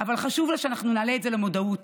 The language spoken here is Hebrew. אבל חשוב לה שאנחנו נעלה את זה למודעות,